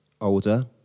older